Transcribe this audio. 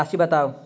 राशि बताउ